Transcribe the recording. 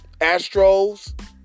Astros